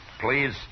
Please